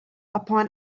upon